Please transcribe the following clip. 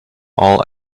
all